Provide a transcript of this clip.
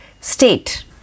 State